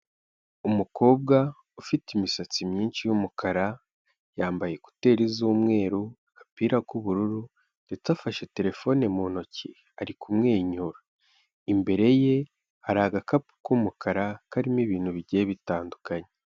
Umukobwa ufite imisatsi myinshi y'umukara yambaye Koteri z'umweru, agapira k'ubururu ndetse afashe terefone mu ntoki ari kumwenyura, imbere ye hari agakapu k'umukara karimo ibintu bigiye bitandukanye.